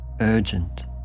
urgent